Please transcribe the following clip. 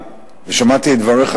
שמעתי את דבריך,